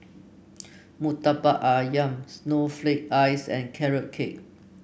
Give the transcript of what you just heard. Murtabak ayam Snowflake Ice and Carrot Cake